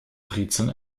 brezen